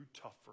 tougher